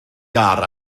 iâr